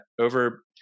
over